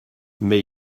mais